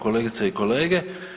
Kolegice i kolege.